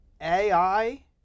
AI